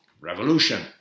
revolution